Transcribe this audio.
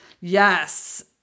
Yes